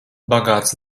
bagāts